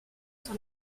sur